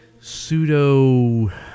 pseudo